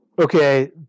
okay